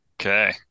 Okay